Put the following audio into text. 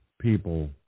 people